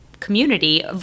community